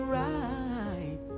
right